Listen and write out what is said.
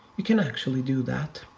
you can actually do that,